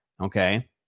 Okay